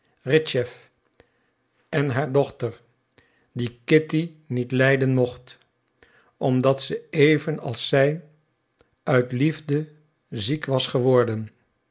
ritschew en haar dochter die kitty niet lijden mocht omdat ze even als zij uit liefde ziek was geworden